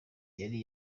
yari